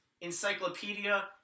encyclopedia